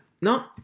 no